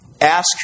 ask